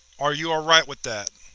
are you alright with that?